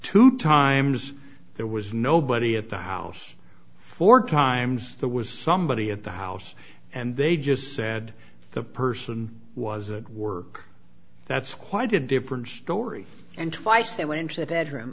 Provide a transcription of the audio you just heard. two times there was nobody at the house four times there was somebody at the house and they just said the person was at work that's quite a different story and twice they were into the bedroom